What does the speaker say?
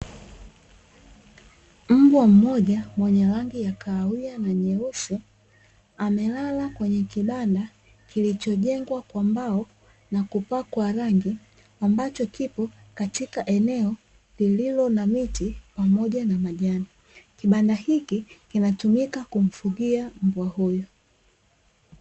Mbwa mmoja mwenye rangi ya kahawia na nyeusi, amelala kwenye kibanda kilichojengwa kwa mbao na kupakwa rangi, ambacho kipo katika eneo lililo na miti pamoja na majani. Kibanda hiki kinatumika kumfugia mbwa huyo.